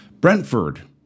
Brentford